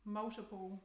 multiple